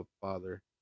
father